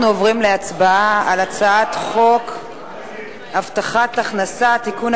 אנחנו עוברים להצבעה על הצעת חוק הבטחת הכנסה (תיקון,